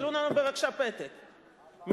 תנו לנו בבקשה פתק, מייד.